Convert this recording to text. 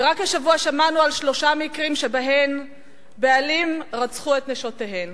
ורק השבוע שמענו על שלושה מקרים שבהם בעלים רצחו את נשותיהן.